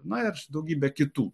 na ir daugybė kitų